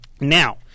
Now